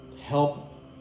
Help